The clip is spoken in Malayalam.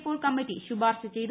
പോൾ കമ്മിറ്റ് ശ്ശുപാർശ ചെയ്തു